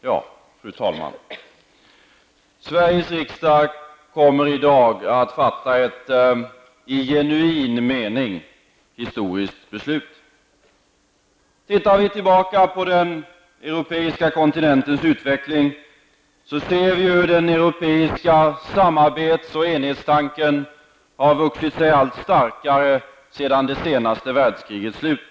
Fru talman! Sveriges riksdag kommer i dag att fatta ett i genuin mening historiskt beslut. Ser vi tillbaka på den europeiska kontinentens utveckling kan vi finna hur den europeiska samarbets och enhetstanken har vuxit sig allt starkare sedan det sista världskrigets slut.